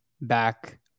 back